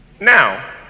Now